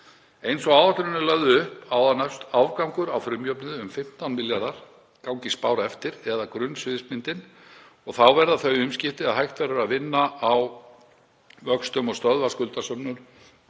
Eins og áætlunin er lögð upp á að nást afgangur á frumjöfnuði um 15 milljarða, gangi spár eftir eða grunnsviðsmyndin, og þá verða þau umskipti að hægt verður að vinna á vöxtum og stöðva skuldasöfnun